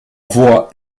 voix